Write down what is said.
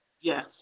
Yes